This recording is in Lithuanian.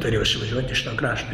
turėjau išvažiuot iš to krašto